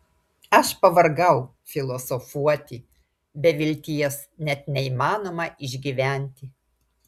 aš pavargau filosofuoti be vilties net neįmanoma išgyventi